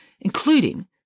including